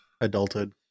adulthood